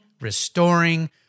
restoring